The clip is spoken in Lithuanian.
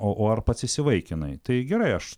o o ar pats įsivaikinai tai gerai aš